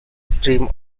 stream